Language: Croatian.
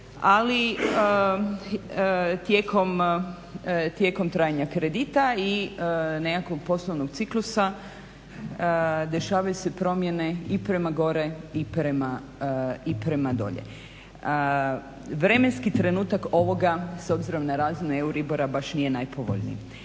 ali tijekom trajanja kredita i nekakvog poslovnog ciklusa dešavaju se promjene i prema gore i prema dolje. Vremenski trenutak ovoga s obzirom na razinu euribora baš nije najpovoljniji.